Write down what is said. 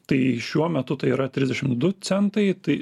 tai šiuo metu tai yra trisdešimt du centai tai